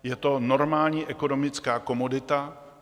Je to normální ekonomická komodita.